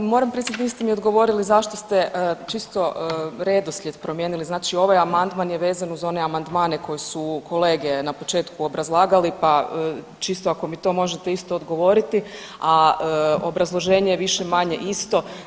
Da, moram priznati niste mi odgovorili, zašto ste čisto redoslijed promijenili, znači ovaj amandman je vezan uz one amandmane koji su kolege na početku obrazlagali, pa čisto ako mi to možete isto odgovoriti, a obrazloženje je više-manje isto.